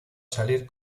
salir